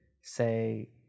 say